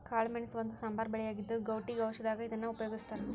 ಕಾಳಮೆಣಸ ಒಂದು ಸಾಂಬಾರ ಬೆಳೆಯಾಗಿದ್ದು, ಗೌಟಿ ಔಷಧದಾಗ ಇದನ್ನ ಉಪಯೋಗಸ್ತಾರ